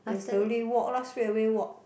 then slowly walk lah straight away walk